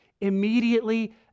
immediately